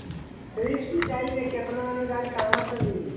Drip सिंचाई मे केतना अनुदान कहवा से मिली?